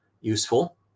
useful